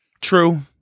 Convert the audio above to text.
True